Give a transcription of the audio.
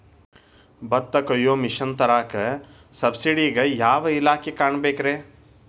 ಭತ್ತ ಕೊಯ್ಯ ಮಿಷನ್ ತರಾಕ ಸಬ್ಸಿಡಿಗೆ ಯಾವ ಇಲಾಖೆ ಕಾಣಬೇಕ್ರೇ?